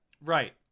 right